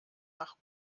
nach